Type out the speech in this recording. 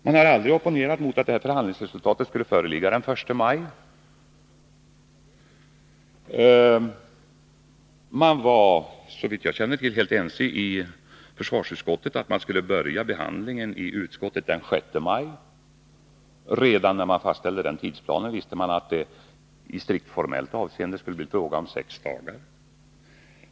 Man har aldrig opponerat mot att förhandlingsresultatet skulle föreligga den 1 maj. Man var, såvitt jag känner till, helt ense i försvarsutskottet om att man skulle börja behandlingen i utskottet den 6 maj. Redan när man fastställde den tidsplanen visste man att det i strikt formellt avseende skulle bli fråga om sex dagar.